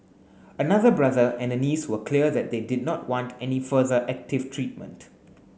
another brother and a niece were clear that they did not want any further active treatment